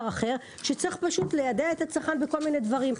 אחר שצריך פשוט ליידע את הצרכן בכל מיני דברים.